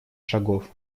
шагов